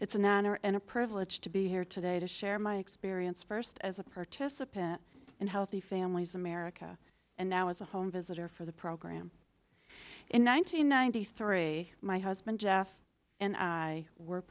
it's a manner and a privilege to be here today to share my experience first as a participant in healthy families america and now as a home visitor for the program in one nine hundred ninety three my husband jeff and i were